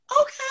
Okay